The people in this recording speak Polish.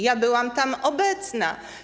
Ja byłam tam obecna.